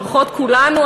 ברכות כולנו,